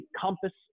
Compass